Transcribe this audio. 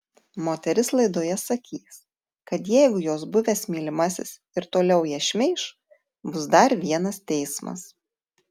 moteris laidoje sakys kad jeigu jos buvęs mylimasis ir toliau ją šmeiš bus dar vienas teismas